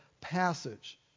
passage